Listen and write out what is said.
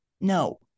No